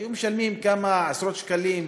היו משלמים כמה עשרות שקלים.